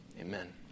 amen